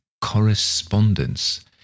correspondence